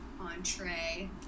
entree